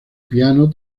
piano